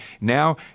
now